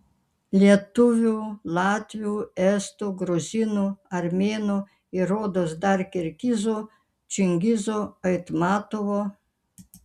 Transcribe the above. lietuvių latvių estų gruzinų armėnų ir rodos dar kirgizų čingizo aitmatovo